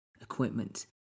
equipment